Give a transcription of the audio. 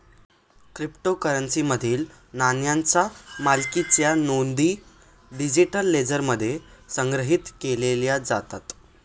क्रिप्टोकरन्सीमधील नाण्यांच्या मालकीच्या नोंदी डिजिटल लेजरमध्ये संग्रहित केल्या जातात